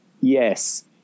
yes